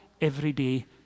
everyday